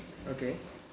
okay